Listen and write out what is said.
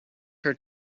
her